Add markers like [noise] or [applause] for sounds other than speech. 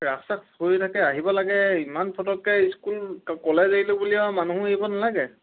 ৰাস্তা [unintelligible] থাকে আহিব লাগে ইমান ফটককে স্কুল কলেজ এৰিলো বুলি আৰু মানুহ এৰিব নালাগে